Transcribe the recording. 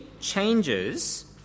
changes